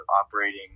operating